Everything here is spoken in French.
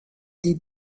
des